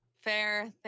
Fair